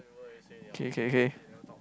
K K K